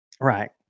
Right